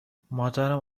مادرم